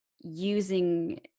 using